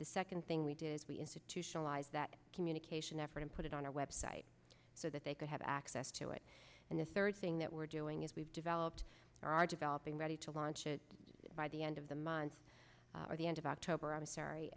the second thing we did is we institutionalize that communication effort and put it on our website so that they could have access to it and the third thing that we're doing is we've developed or are developing ready to launch it by the end of the month or the end of october i'm sorry